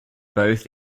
both